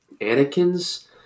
Anakin's